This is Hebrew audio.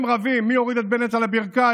הם רבים מי הוריד את בנט על הברכיים